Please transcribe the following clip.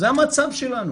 זה המצב שלנו,